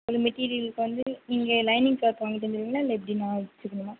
மெட்டீரியலுக்கு வந்து நீங்கள் lining cloth வாங்கி தந்துவிடுவீங்களா இல்லை எப்படி நான் வச்சிக்கணுமா